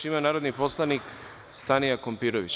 Reč ima narodni poslanik Stanija Kompirović.